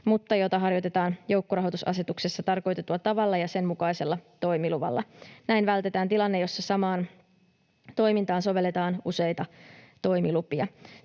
mutta jota harjoitetaan joukkorahoitusasetuksessa tarkoitetulla tavalla ja sen mukaisella toimiluvalla. Näin vältetään tilanne, jossa samaan toimintaan sovelletaan useita toimilupia.